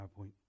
powerpoint